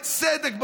בצדק,